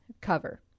cover